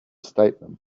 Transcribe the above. statement